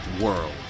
World